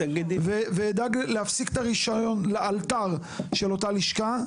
ואדאג להפסיק את הרישיון לאלתר של אותה לשכה,